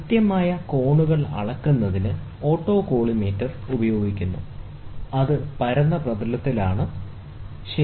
കൃത്യമായ കോണുകൾ അളക്കുന്നതിന് ഓട്ടോകോളിമേറ്റർ ഉപയോഗിക്കുന്നു അത് പരന്ന പ്രതലത്തിലാണ് ശരി